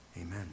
amen